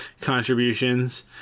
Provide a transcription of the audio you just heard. contributions